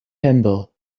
humble